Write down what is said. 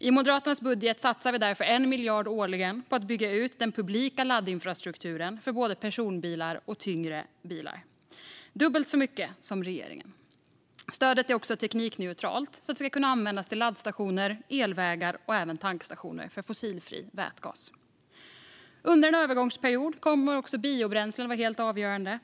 I Moderaternas budget satsar vi därför 1 miljard årligen på att bygga ut den publika laddinfrastrukturen för både personbilar och tyngre bilar - dubbelt så mycket som regeringen. Stödet är teknikneutralt för att det ska kunna användas till laddstationer, elvägar och även tankstationer för fossilfri vätgas. Under en övergångsperiod kommer också biobränslen att vara helt avgörande.